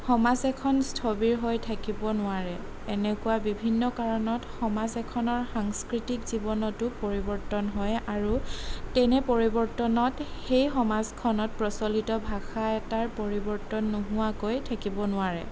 সমাজ এখন স্থবিৰ হৈ থাকিব নোৱাৰে এনেকুৱা বিভিন্ন কাৰণত সমাজ এখনৰ সাংস্কৃতিক জীৱনটো পৰিৱৰ্তন হয় আৰু তেনে পৰিৱৰ্তনত সেই সমাজখনত প্ৰচলিত ভাষা এটাৰ পৰিৱৰ্তন নোহোৱাকৈ থাকিব নোৱাৰে